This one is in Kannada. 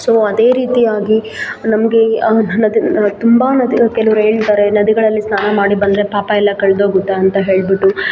ಸೊ ಅದೇ ರೀತಿಯಾಗಿ ನಮಗೆ ಮತ್ತೆ ನ ತುಂಬ ನದಿ ಕೆಲವ್ರು ಹೇಳ್ತಾರೆ ನದಿಗಳಲ್ಲಿ ಸ್ನಾನ ಮಾಡಿ ಬಂದರೆ ಪಾಪ ಎಲ್ಲ ಕಳೆದೋಗುತ್ತೆ ಅಂತ ಹೇಳಿಬಿಟ್ಟು